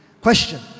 question